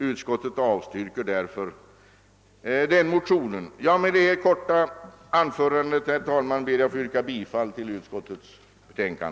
Utskottet avstyrker därför den motionen. Herr talman! Med det här korta anförandet ber jag att få yrka bifall till utskottets hemställan.